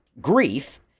grief